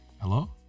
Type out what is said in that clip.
hello